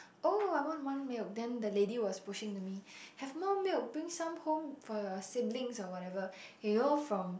oh I want one milk then the lady was pushing to me have more milk bring some home for your siblings or whatever you know from